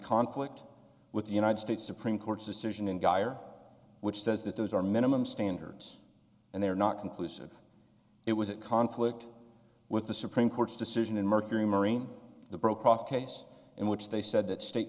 conflict with the united states supreme court's decision in geier which says that those are minimum standards and they are not conclusive it was a conflict with the supreme court's decision in mercury marine the broke off case in which they said that state